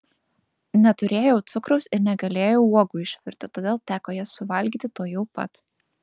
neturėjau cukraus ir negalėjau uogų išvirti todėl teko jas suvalgyti tuojau pat